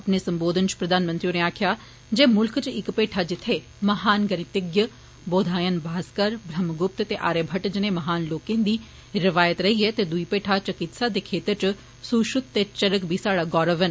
अपने सम्बोधन च प्रधानमंत्री मोदी होरें आक्खेआ जे मुल्खे च इक भैठा जित्थे महान गणितज्ञ बोधायन भास्कर ब्रह्मगुप्त ते आर्य भट्ट जनेह् महान लोकें दी रिवायत रेई ऐ ते दुई भेठा चिकित्सा दे खेतर च सुश्रत ते चरक बी साहड़ा गौरव न